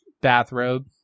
bathrobe